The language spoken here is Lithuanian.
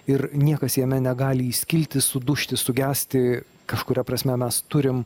ir niekas jame negali įskilti sudužti sugesti kažkuria prasme mes turim